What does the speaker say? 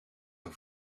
een